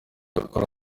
akora